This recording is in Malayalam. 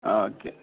ആ ഓക്കെ